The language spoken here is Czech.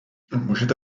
můžete